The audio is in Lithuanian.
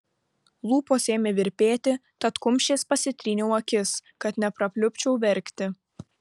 lūpos ėmė virpėti tad kumščiais pasitryniau akis kad neprapliupčiau verkti